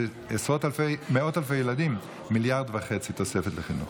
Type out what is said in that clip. זה מאות אלפי ילדים, 1.5 מיליארד תוספת לחינוך.